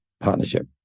partnership